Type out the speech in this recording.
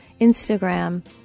Instagram